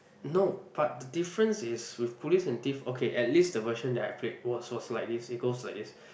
no but the difference is with police and thief okay at least the version that I played was was like this it goes like this